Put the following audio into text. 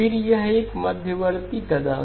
फिर यह एक मध्यवर्ती कदम है